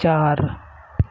چار